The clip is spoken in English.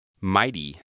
Mighty